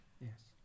Yes